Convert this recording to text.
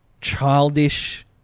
childish